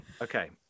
Okay